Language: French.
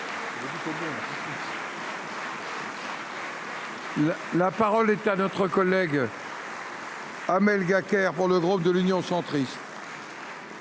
La parole est à notre collègue. Amel gars car, pour le groupe de l'Union centriste.